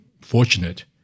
fortunate